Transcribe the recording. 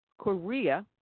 Korea